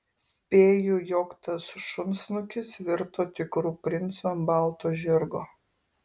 spėju jog tas šunsnukis virto tikru princu ant balto žirgo